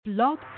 Blog